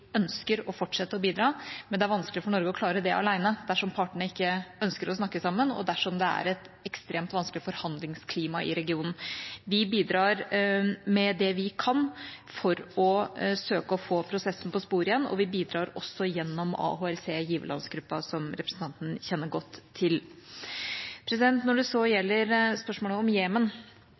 ønsker å fortsette å bidra. Men det er vanskelig for Norge å klare det alene dersom partene ikke ønsker å snakke sammen, og dersom det er et ekstremt vanskelig forhandlingsklima i regionen. Vi bidrar med det vi kan for å søke å få prosessen på sporet igjen, og vi bidrar også gjennom AHLC, giverlandsgruppen som representanten kjenner godt til. Når det så gjelder spørsmålet om Jemen,